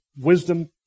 wisdom